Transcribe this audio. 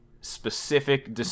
specific